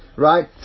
Right